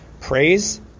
praise